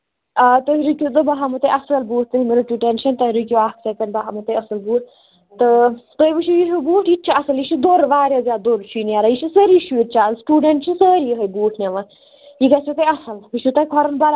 آ تُہۍ رِکِو تہٕ بہٕ ہاوہوو تۄہہِ اَصٕل بوٗٹھ تُہۍ ما رٕٹِو ٹینشَن تُہۍ رُکِو اَکھ سیکنٛڈ بہٕ ہاوہوو تۄہہِ اَصٕل بوٗٹھ تہٕ تُہۍ وٕچھِو یِہِیوٗ بوٗٹھ یہٕ تہِ چھُ اَصٕل یہٕ چھُ دوٚر واریاہ زیاد دوٚر چھُ یہِ نیراٹ چھِ سٲری یِہٕے بوٗٹھ نِوان یہٕ گَژھوٕ تۄہہِ اَصٕل یہٕ چھو تۄہہِ کھۄرَن بَرابَر